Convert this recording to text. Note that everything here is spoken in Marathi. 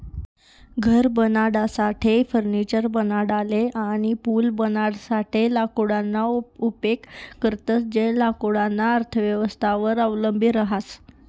घर बनाडासाठे, फर्निचर बनाडाले अनी पूल बनाडासाठे लाकूडना उपेग करतंस ते लाकूडना अर्थव्यवस्थावर अवलंबी रहास